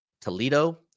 Toledo